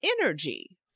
energy